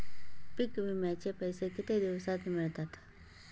पीक विम्याचे पैसे किती दिवसात मिळतात?